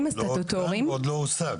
לא עודכן ועוד לא הושג.